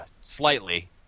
slightly